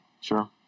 Sure